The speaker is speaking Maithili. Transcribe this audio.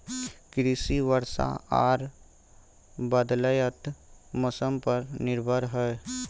कृषि वर्षा आर बदलयत मौसम पर निर्भर हय